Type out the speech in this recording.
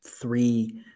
three